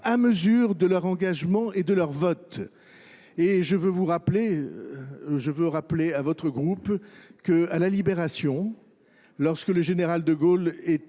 à mesure de leur engagement et de leur vote. Et je veux vous rappeler, je veux rappeler à votre groupe, qu'à la libération, lorsque le général de Gaulle était